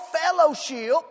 fellowship